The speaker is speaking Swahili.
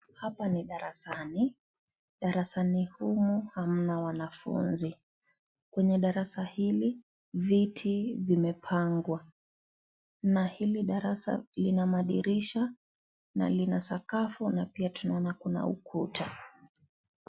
Hapa ni darasani. Darasani humu hamna wanafunzi. Kwenye darasa hili, viti vimepangwa. Na hili darasa lina madirisha na lina sakafu na pia tunaona kuna ukuta.